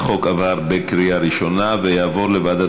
החוק עבר בקריאה ראשונה ויעבור לוועדת